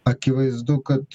akivaizdu kad